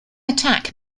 attack